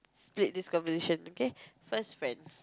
split this conversation okay first friends